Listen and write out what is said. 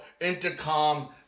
Intercom